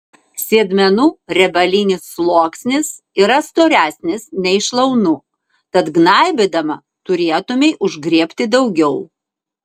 sėdmenų riebalinis sluoksnis yra storesnis nei šlaunų tad gnaibydama turėtumei užgriebti daugiau